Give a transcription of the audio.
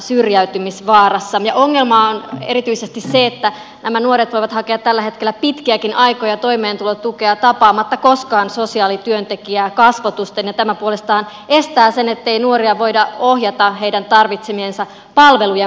ongelma on erityisesti se että nämä nuoret voivat hakea tällä hetkellä pitkiäkin aikoja toimeentulotukea tapaamatta koskaan sosiaalityöntekijää kasvotusten ja tämä puolestaan johtaa siihen ettei nuoria voida ohjata heidän tarvitsemiensa palvelujen pariin